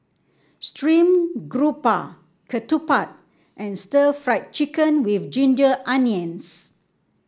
stream grouper Ketupat and Stir Fried Chicken with Ginger Onions